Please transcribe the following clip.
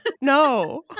no